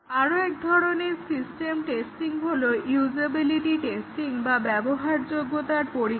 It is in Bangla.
আরো এক ধরনের সিস্টেম টেস্টিং হলো ইউজেবিলিটি টেস্টিং বা ব্যবহারযোগ্যতার পরীক্ষা